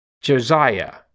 Josiah